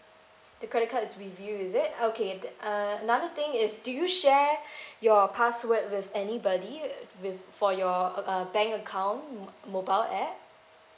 the credit card is with you is it okay th~ uh another thing is do you share your password with anybody with for your uh bank account mobile app